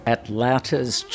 Atlanta's